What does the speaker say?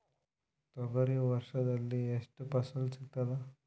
ತೊಗರಿ ವರ್ಷದಲ್ಲಿ ಎಷ್ಟು ಫಸಲ ಸಿಗತದ?